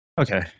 Okay